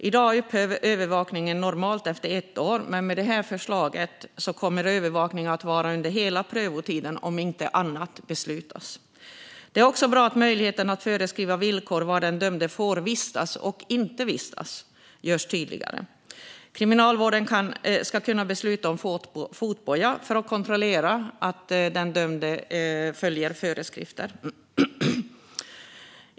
I dag upphör övervakningen normalt efter ett år, men med detta förslag kommer övervakningen att vara under hela prövotiden om inte annat beslutas. Det är också bra att möjligheten att föreskriva villkor om var den dömde får och inte får vistas görs tydligare. Kriminalvården ska kunna besluta om fotboja för att kontrollera att den dömde följer föreskrifter.